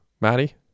Maddie